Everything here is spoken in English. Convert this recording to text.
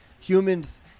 humans